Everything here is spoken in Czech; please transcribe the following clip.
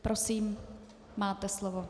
Prosím, máte slovo.